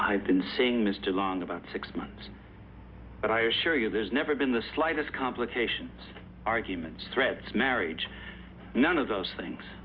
i've been seeing mr land about six months and i assure you there's never been the slightest complication arguments threats marriage none of those things